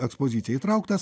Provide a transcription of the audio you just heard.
ekspoziciją įtrauktas